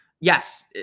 yes